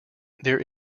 there